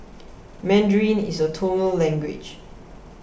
Mandarin is a tonal language